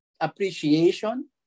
appreciation